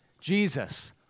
Jesus